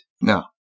No